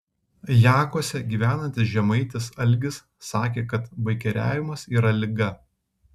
jakuose gyvenantis žemaitis algis sakė kad baikeriavimas yra liga